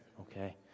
Okay